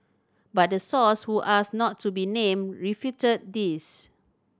but the source who asked not to be named refuted this